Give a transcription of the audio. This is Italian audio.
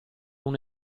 una